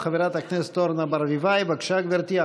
חברת הכנסת אורנה ברביבאי, בבקשה, גברתי.